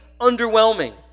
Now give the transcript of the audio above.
underwhelming